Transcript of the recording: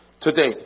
today